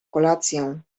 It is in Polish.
kolację